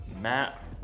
Matt